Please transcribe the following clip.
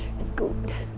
it's good.